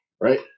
right